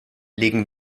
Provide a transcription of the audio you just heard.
legen